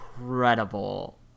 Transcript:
Incredible